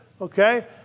okay